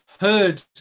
heard